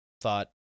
thought